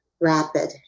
rapid